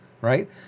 right